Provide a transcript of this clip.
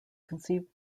conceived